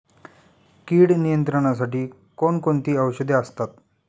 कीड नियंत्रणासाठी कोण कोणती औषधे असतात?